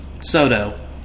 Soto